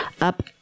up